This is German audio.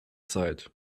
zeit